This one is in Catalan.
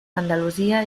andalusia